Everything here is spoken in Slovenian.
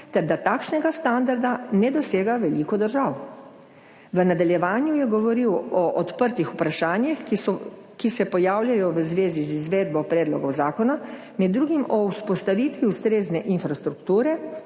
ter da takšnega standarda ne dosega veliko držav. V nadaljevanju je govoril o odprtih vprašanjih, ki se pojavljajo v zvezi z izvedbo predlogov zakona, med drugim o vzpostavitvi ustrezne infrastrukture,